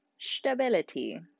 stability